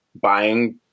buying